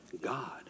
God